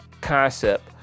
concept